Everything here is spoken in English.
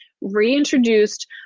reintroduced